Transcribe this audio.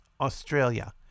Australia